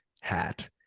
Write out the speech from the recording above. hat